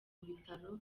bitaro